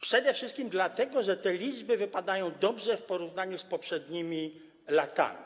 Przede wszystkim dlatego, że te liczby wypadają dobrze w porównaniu z poprzednimi latami.